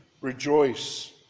rejoice